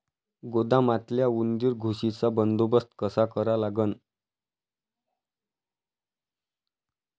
गोदामातल्या उंदीर, घुशीचा बंदोबस्त कसा करा लागन?